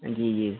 जी जी